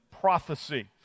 prophecy